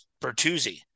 Bertuzzi